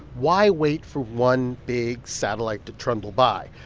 why wait for one big satellite to trundle by?